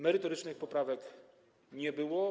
Merytorycznych poprawek nie było.